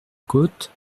côte